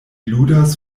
ludas